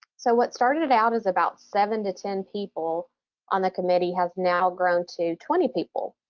so what started out as about seven to ten people on the committee has now grown to twenty people.